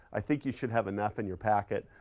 i think you should have enough in your packet,